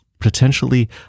Potentially